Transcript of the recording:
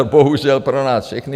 Bohužel pro nás všechny.